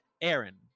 Aaron